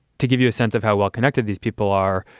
to give you a sense of how well connected these people are.